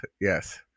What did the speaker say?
yes